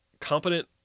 competent